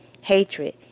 hatred